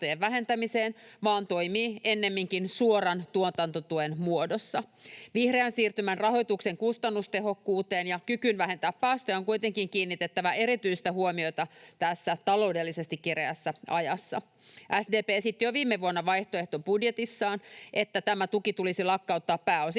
vaan toimii ennemminkin suoran tuotantotuen muodossa. Vihreän siirtymän rahoituksen kustannustehokkuuteen ja kykyyn vähentää päästöjä on kuitenkin kiinnitettävä erityistä huomiota tässä taloudellisesti kireässä ajassa. SDP esitti jo viime vuonna vaihtoehtobudjetissaan, että tämä tuki tulisi lakkauttaa pääosin